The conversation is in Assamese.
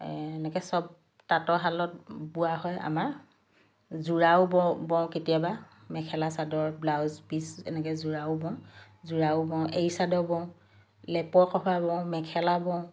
এনেকৈ চব তাঁতৰ শালত বোৱা হয় আমাৰ যোৰাও বওঁ বওঁ কেতিয়াবা মেখেলা চাদৰ ব্লাউজ পিচ এনেকৈ যোৰাও বওঁ যোৰাও বওঁ এড়ী চাদৰ বওঁ লেপৰ কভাৰ বওঁ মেখেলা বওঁ